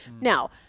Now